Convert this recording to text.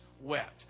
wept